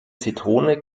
zitrone